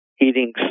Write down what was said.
eating